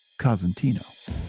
Cosentino